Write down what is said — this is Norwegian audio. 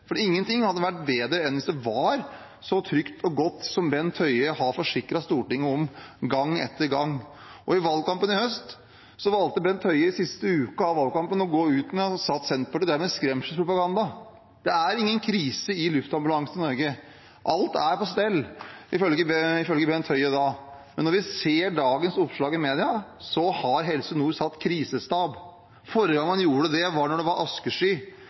Ingenting hadde vært bedre enn om det var så trygt og godt som Bent Høie har forsikret Stortinget om gang etter gang. I siste uke av valgkampen i høst valgte Bent Høie å gå ut og si at Senterpartiet drev med skremselspropaganda. Det er ingen krise i luftambulansen i Norge, alt er på stell – ifølge Bent Høie da. Men når vi ser dagens oppslag i media, har Helse Nord satt krisestab. Forrige gang man gjorde det, var da det var